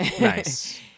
Nice